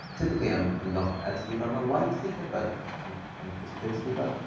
typically, i'm i'm not a bad sleeper. i'm a light sleeper. but i'm i'm a pretty good sleeper.